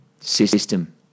system